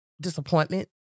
disappointment